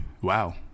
wow